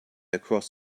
across